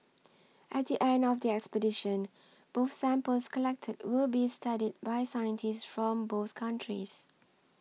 at the end of the expedition both samples collected will be studied by scientists from both countries